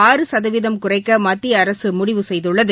ஆறு சதவீதம் குறைக்கமத்திய அரசுமுடிவு செய்துள்ளது